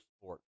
sport